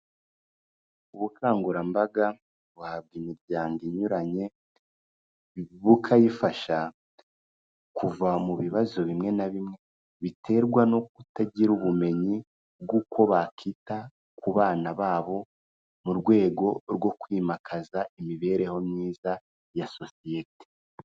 Ubukangurambaga buhabwa imiryango inyuranye. Bukayifasha kuva mu bibazo bimwe na bimwe, biterwa no kutagira ubumenyi bwuko bakita ku bana babo, mu rwego rwo kwimakaza imibereho myiza ya sosiyete.